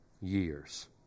years